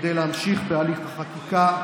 כדי להמשיך בהליך החקיקה.